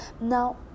now